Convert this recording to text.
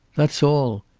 that's all.